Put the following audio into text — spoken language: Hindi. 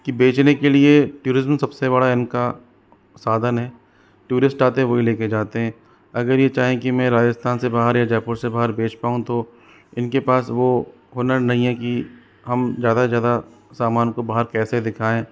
कि बेचने के लिए ट्यूरिज़म सबसे बड़ा इनका साधन है ट्यूरिस्ट आते हैं वो ही लेकर जाते हैं अगर ये चाहें कि मैं राजस्थान से बाहर या जयपुर से बाहर भेज पाऊँ तो इनके पास वह हुनर नहीं है की हम ज़्यादा ज़्यादा सामान को बाहर कैसे दिखाएँ